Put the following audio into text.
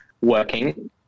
working